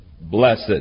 blessed